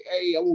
Hey